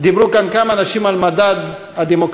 דיברו כאן כמה אנשים על מדד הדמוקרטיה,